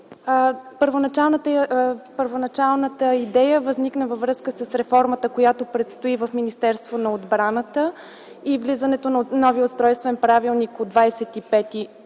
Първоначалната идея възникна във връзка с реформата, която предстои в Министерството на отбраната и влизането в сила на новия устройствен правилник от 25